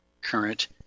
current